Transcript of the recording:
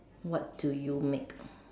what do you make